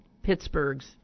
Pittsburgh's